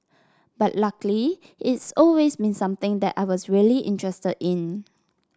but luckily it's always been something that I was really interested in